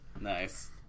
Nice